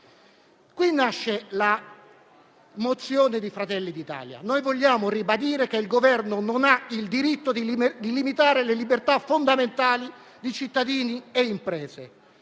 Qui nasce la mozione di Fratelli d'Italia: vogliamo ribadire che il Governo non ha il diritto di limitare le libertà fondamentali di cittadini e imprese.